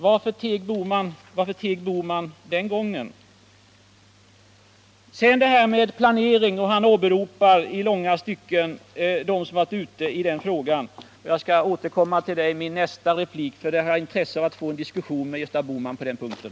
Varför teg Gösta Bohman den gången? I långa stycken åberopar Gösta Bohman dem som uttalat sig om planering. Jag skall återkomma till det i min nästa replik, för jag har intresse av att få en diskussion med Gösta Bohman på den punkten.